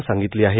नं सांगितलं आहे